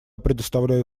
предоставляю